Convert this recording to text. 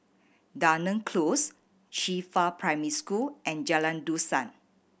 Dunearn Close Qifa Primary School and Jalan Dusan